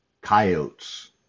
coyotes